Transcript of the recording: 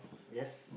yes